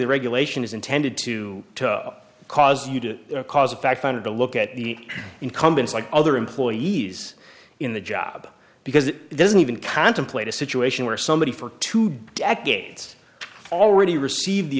the regulation is intended to cause you to cause effect on to look at the incumbents like other employees in the job because it doesn't even contemplate a situation where somebody for two decades already received the